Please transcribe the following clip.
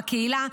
בקהילה,